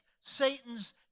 Satan's